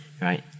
right